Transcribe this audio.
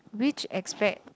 which aspect